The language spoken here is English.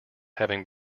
having